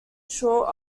shore